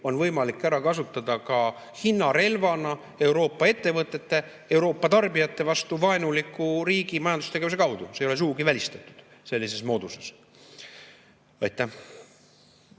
on võimalik ära kasutada ka hinnarelvana Euroopa ettevõtete, Euroopa tarbijate vastu vaenuliku riigi majandustegevuse kaudu. See ei ole sugugi välistatud sellise moodusena. Priit